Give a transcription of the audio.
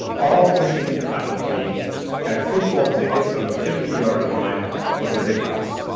all michigan faculty had football tickets on the fifty yard line of the big house.